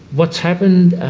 what's happened,